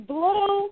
Blue